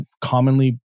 commonly